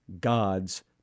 God's